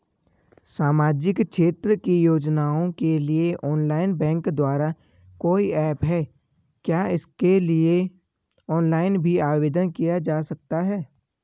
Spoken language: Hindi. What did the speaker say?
सामाजिक क्षेत्र की योजनाओं के लिए ऑनलाइन बैंक द्वारा कोई ऐप है क्या इसके लिए ऑनलाइन भी आवेदन किया जा सकता है?